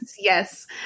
Yes